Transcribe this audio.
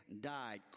died